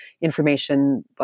information